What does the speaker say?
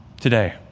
today